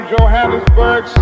Johannesburg